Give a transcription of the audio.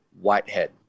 Whitehead